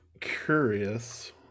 curious